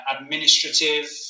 administrative